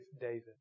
David